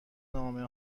نامه